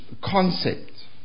concept